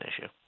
issue